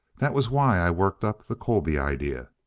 that was why i worked up the colby idea.